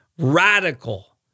radical